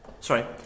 Sorry